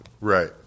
Right